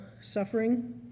suffering